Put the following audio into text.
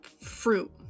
fruit